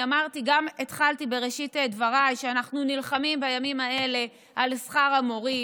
בראשית דבריי אמרתי שבימים אלה אנחנו נלחמים על שכר המורים.